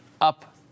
up